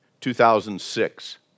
2006